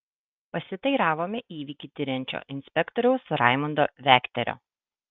pasiteiravome įvykį tiriančio inspektoriaus raimundo vekterio